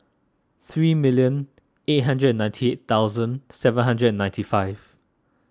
three million eight hundred and ninety eight thousand seven hundred and ninety five